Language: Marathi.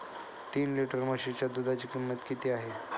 तीन लिटर म्हशीच्या दुधाची किंमत किती आहे?